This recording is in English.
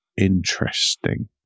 interesting